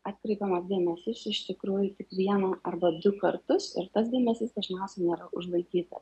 atkreipiamas dėmesys iš tikrųjų tik vieną arba du kartus ir tas dėmesys dažniausiai nėra užlaikyta